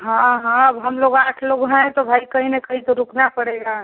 हाँ हाँ अब हम लोग आठ लोग हैं तो भई कहीं ना कहीं तो रुकना पड़ेगा